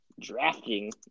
drafting